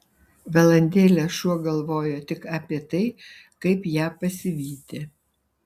valandėlę šuo galvojo tik apie tai kaip ją pasivyti